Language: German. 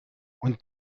und